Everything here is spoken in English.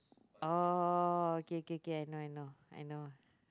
oh okay okay okay I know I know I know